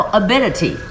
ability